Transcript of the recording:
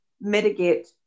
mitigate